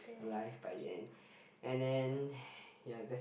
alive by then and then ya that's